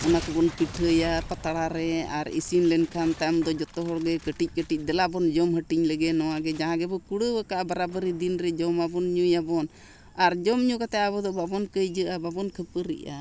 ᱚᱱᱟ ᱠᱚᱵᱚᱱ ᱯᱤᱴᱷᱟᱹᱭᱟ ᱯᱟᱛᱲᱟᱨᱮ ᱟᱨ ᱤᱥᱤᱱ ᱞᱮᱱᱠᱷᱟᱱ ᱛᱟᱭᱚᱢ ᱫᱚ ᱡᱷᱚᱛᱚ ᱦᱚᱲᱜᱮ ᱠᱟᱹᱴᱤᱡ ᱠᱟᱹᱴᱤᱡ ᱫᱮᱞᱟ ᱵᱚᱱ ᱡᱚᱢ ᱦᱟᱹᱴᱤᱧ ᱞᱮᱜᱮ ᱱᱚᱣᱟ ᱜᱮ ᱡᱟᱦᱟᱸ ᱜᱮᱵᱚᱱ ᱠᱩᱲᱟᱹᱣ ᱠᱟᱜᱼᱟ ᱵᱟᱨᱟ ᱵᱟᱹᱨᱤ ᱫᱤᱱᱨᱮ ᱡᱚᱢᱟᱵᱚᱱ ᱧᱩᱭᱟᱵᱚᱱ ᱟᱨ ᱡᱚᱢ ᱧᱩ ᱠᱟᱛᱮᱫ ᱟᱵᱚ ᱫᱚ ᱵᱟᱵᱚᱱ ᱠᱟᱹᱭᱡᱟᱹᱜᱼᱟ ᱵᱟᱵᱚᱱ ᱠᱷᱟᱹᱯᱟᱹᱨᱤᱜᱼᱟ